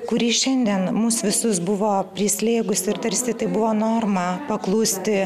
kuri šiandien mus visus buvo prislėgusi ir tarsi tai buvo norma paklusti